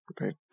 right